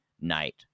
night